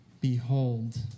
behold